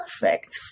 perfect